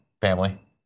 family